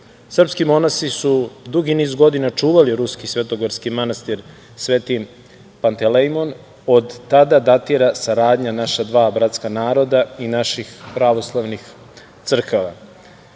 monasi su dugi niz godina čuvali ruski svetogorski manastir Sveti Pantelejmon. Od tada datira saradnja naša dva bratska naroda i naših pravoslavnih crkava. Malo